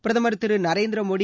பிரதமர் திரு நரேந்திர மோடி